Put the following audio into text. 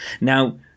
now